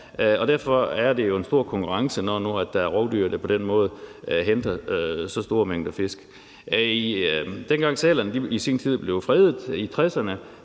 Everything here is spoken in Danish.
af. Derfor er der jo en stor konkurrence, når nu der er rovdyr, der på den måde spiser så store mængder fisk. Dengang i 1960'erne, hvor sælerne blev fredet,